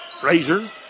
Frazier